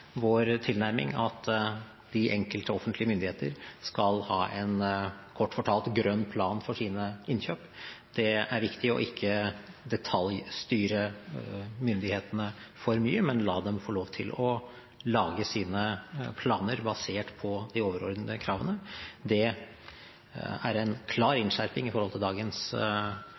vår tilnærming at de enkelte offentlige myndigheter skal ha en – kort fortalt – grønn plan for sine innkjøp. Det er viktig ikke å detaljstyre myndighetene for mye, men la dem få lov til å lage sine planer basert på de overordnede kravene. Det er en klar innskjerping i forhold til dagens